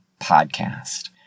podcast